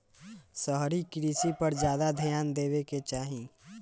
शहरी कृषि पर ज्यादा ध्यान देवे के चाही